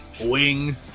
wing